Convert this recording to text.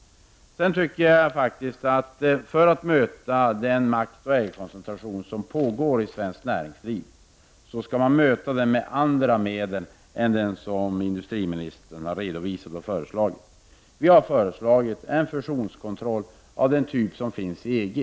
Vidare tycker jag att den maktoch ägarkoncentration som pågår i näringslivet skall mötas med andra medel än vad industriministern har redovisat. Vi har föreslagit en fusionskontroll av den typ som finns i EG.